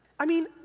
i mean,